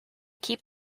keep